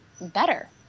better